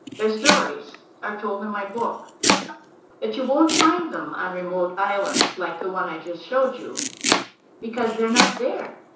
their stories are told in my book but you won't find them on remote islands like the one i just showed you because they're not there.